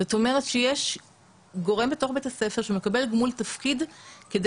זאת אומרת שיש גורם בתוך בית הספר שמקבל גמול תפקיד כדי